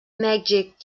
mèxic